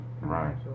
Right